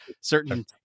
certain